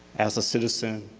as a citizen,